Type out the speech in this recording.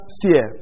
fear